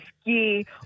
ski